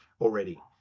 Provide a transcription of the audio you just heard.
already